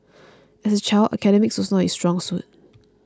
as a child academics was not his strong suit